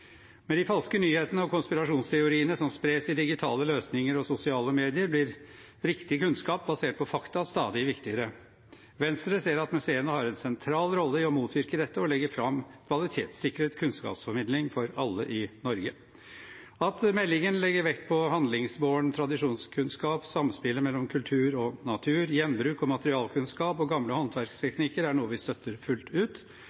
Med de falske nyhetene og konspirasjonsteoriene som spres i digitale løsninger og sosiale medier, blir riktig kunnskap, basert på fakta, stadig viktigere. Venstre ser at museene har en sentral rolle i å motvirke dette og legge fram kvalitetssikret kunnskapsformidling for alle i Norge. At meldingen legger vekt på handlingsbåren tradisjonskunnskap, samspillet mellom kultur og natur, gjenbruk, materialkunnskap og gamle håndverksteknikker, er noe vi støtter fullt ut.